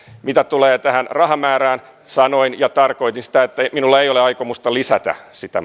mitä tulee rahamäärään sanoin ja tarkoitin sitä että minulla ei ole aikomusta lisätä sitä